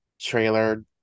trailer